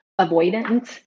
avoidant